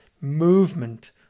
movement